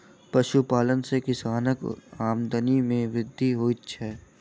पशुपालन सॅ किसानक आमदनी मे वृद्धि होइत छै